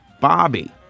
Bobby